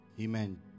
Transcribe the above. Amen